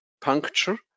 puncture